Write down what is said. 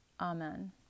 Amen